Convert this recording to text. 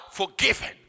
forgiven